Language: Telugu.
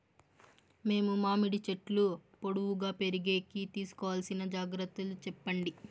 మేము మామిడి చెట్లు పొడువుగా పెరిగేకి తీసుకోవాల్సిన జాగ్రత్త లు చెప్పండి?